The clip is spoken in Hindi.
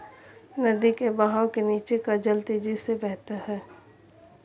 नदी के बहाव के नीचे का जल तेजी से बहता है